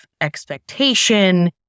expectation